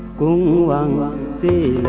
coup the